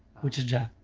which is jeff.